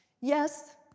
Yes